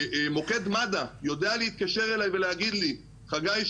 מוקד מד"א יודע להתקשר אליי ולהגיד לי 'חגי,